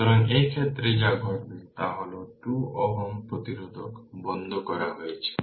সুতরাং এই ক্ষেত্রে যা ঘটবে তা হল 2 Ω প্রতিরোধ বন্ধ করা হয়েছে